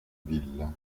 villa